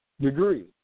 degree